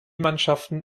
mannschaften